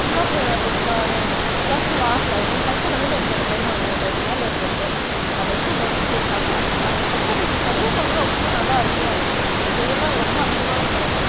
ஃபுல்லாக அது கேஷியு ஆகலை ஒரு மாதிரி பச்சை கலரில் இருக்கும் அந்த பயிரோடய கோட்டோம் மேல் இருக்கிறது அதை எடுத்து உடச்சி சாப்பிட்டா ச அந்த பச்சை பயிரை தனியாக சாப்பிடவே அவ்வளோ நல்லா அருமையாக இருக்கும் எங்கள் ஊரில் அது ரொம்ப அதிகமாவே கிடைக்கும்